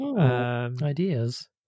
Ideas